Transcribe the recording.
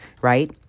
right